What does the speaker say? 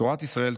"תורת ישראל,